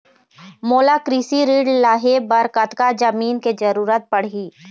मोला कृषि ऋण लहे बर कतका जमीन के जरूरत पड़ही?